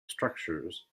structures